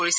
কৰিছে